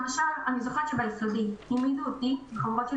למשל אני זוכרת שביסודי העמידו אותי וחברות שלי